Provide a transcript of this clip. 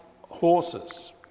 horses